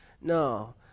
No